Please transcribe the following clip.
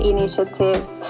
Initiative's